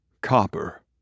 Copper